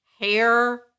hair